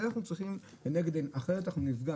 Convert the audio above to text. זה אנחנו צריכים לנגד עינינו אחרת אנחנו נפגע,